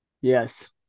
Yes